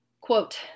Quote